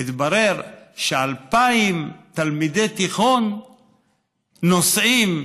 והתברר ש-2,000 תלמידי תיכון נוסעים